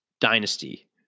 dynasty